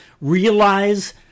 realize